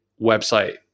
website